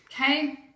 Okay